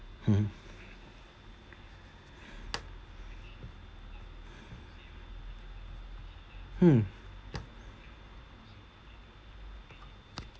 hmm hmm